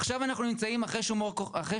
עכשיו אנחנו נמצאים אחרי "שומר החומות"